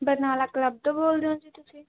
Barnala club ਤੋਂ ਬੋਲ ਰਹੇ ਹੋ ਜੀ ਤੁਸੀਂ